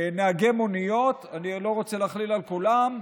גם נהגי מוניות, אני לא רוצה להכליל את כולם,